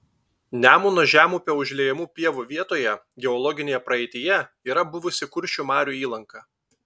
nemuno žemupio užliejamų pievų vietoje geologinėje praeityje yra buvusi kuršių marių įlanka